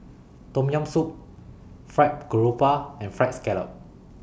Tom Yam Soup Fried Garoupa and Fried Scallop